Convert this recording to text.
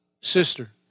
Sister